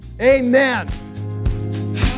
amen